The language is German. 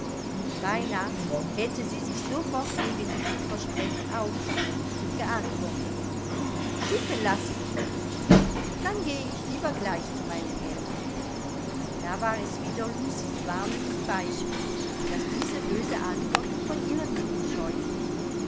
beinah hätte sie sich sofort gegen dieses versprechen aufgelehnt und geantwortet schicken lasse ich mich nicht dann gehe ich lieber gleich zu meinen eltern da war es wieder lucies warnendes beispiel das diese böse antwort von ihren lippen scheuchte